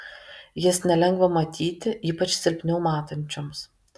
jas nelengva matyti ypač silpniau matančioms